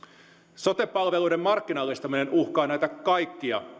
sote palveluiden markkinallistaminen uhkaa näitä kaikkia